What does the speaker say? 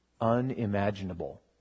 Unimaginable